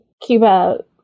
cuba